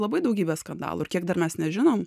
labai daugybė skandalųir kiek dar mes nežinom